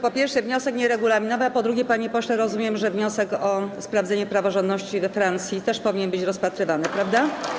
Po pierwsze, wniosek jest nieregulaminowy, a po drugie, panie pośle, rozumiem, że wniosek o sprawdzenie praworządności we Francji też powinien być rozpatrywany, prawda?